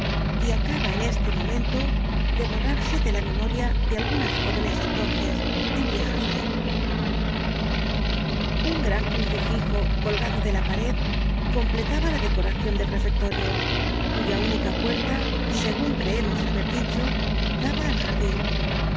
y acaba en este mo mento de borrarse de la memoria de algunas jóvenes entonces y viejas hoy un gran crucifijo colgado de la pared completaba la decoracion del refectorio cuya única puerta segun creemos haber dicho daba al jardin dos